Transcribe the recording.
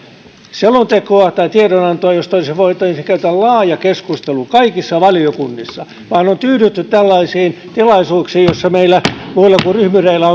selontekoa tai tiedonantoa josta voitaisiin käydä laaja keskustelu kaikissa valiokunnissa vaan on tyydytty tällaisiin tilaisuuksiin joissa meillä muilla kuin ryhmyreillä